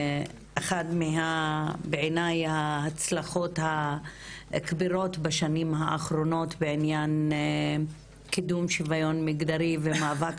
אחת מההצלחות הכבירות בשנים האחרות בעניין קידום שוויון מגדרי ומאבק